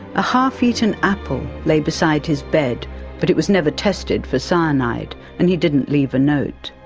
a half eaten apple lay beside his bed but it was never tested for cyanide, and he didn't leave a note.